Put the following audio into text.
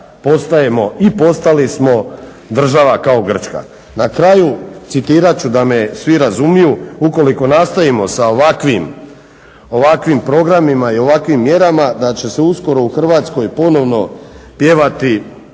postajemo i postali smo država kao Grčka. Na kraju citirat ću da me svi razumiju, ukoliko nastavimo sa ovakvim programima i ovakvim mjerama da će se uskoro u Hrvatskoj ponovno pjevati